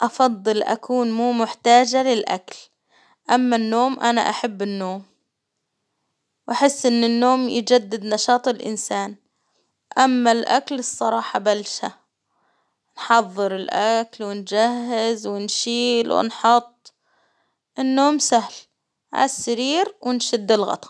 أفضل أكون مو محتاجة للأكل، أما النوم أنا أحب النوم، وأحس إن النوم يجدد نشاط الانسان، أما الأكل الصراحة بلشة، حظر الأكل ونجهز ونشيل ونحط ، النوم سهل ع السرير ونشد الغطا.